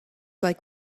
like